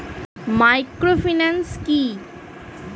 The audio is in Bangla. মাইক্রোফিন্যান্স কি?